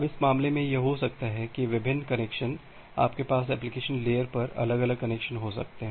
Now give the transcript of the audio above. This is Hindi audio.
अब इस मामले में यह हो सकता है कि विभिन्न कनेक्शन आपके पास एप्लिकेशन लेयर पर अलग अलग कनेक्शन हो सकते हैं